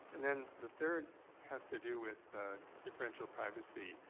and and the third has to do with differential privacy.